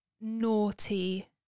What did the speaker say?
naughty